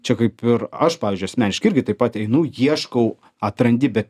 čia kaip ir aš pavyžiui asmeniškai irgi taip pat einu ieškau atrandi be